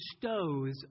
bestows